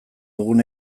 dugun